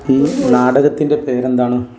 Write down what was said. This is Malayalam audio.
ഈ നാടകത്തിൻ്റെ പേരെന്താണ്